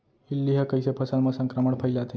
इल्ली ह कइसे फसल म संक्रमण फइलाथे?